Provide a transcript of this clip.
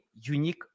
unique